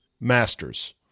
Masters